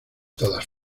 todas